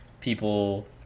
people